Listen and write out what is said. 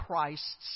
Christs